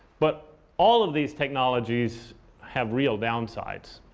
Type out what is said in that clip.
but all of these technologies have real downsides.